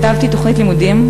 כתבתי תוכנית לימודים,